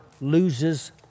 loses